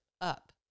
up